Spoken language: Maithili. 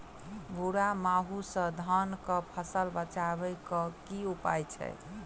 भूरा माहू सँ धान कऽ फसल बचाबै कऽ की उपाय छै?